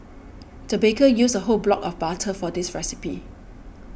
the baker used a whole block of butter for this recipe